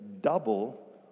double